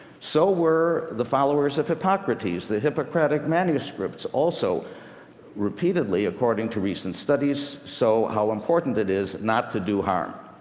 so were the followers of hippocrates. the hippocratic manuscripts also repeatedly, according to recent studies show so how important it is not to do harm.